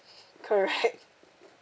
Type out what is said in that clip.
correct